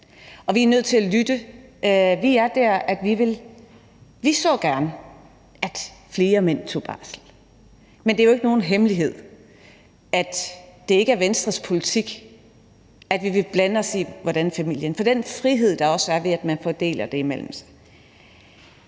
vi er nødt til at lytte. Vi er der, at vi gerne så, at flere mænd tog barsel, men det er jo ikke nogen hemmelighed, at det ikke er Venstres politik, at vi vil blande os i, hvordan familien gør, for der er også en frihed ved, at man fordeler det imellem sig.